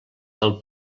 del